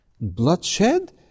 bloodshed